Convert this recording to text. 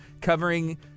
covering